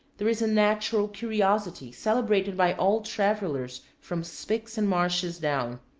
there is a natural curiosity celebrated by all travelers from spix and martius down.